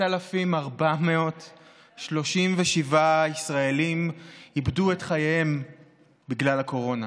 4,437 ישראלים איבדו את חייהם בגלל הקורונה,